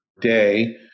day